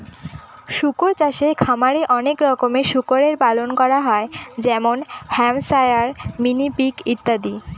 শুকর চাষে খামারে অনেক রকমের শুকরের পালন করা হয় যেমন হ্যাম্পশায়ার, মিনি পিগ ইত্যাদি